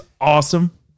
awesome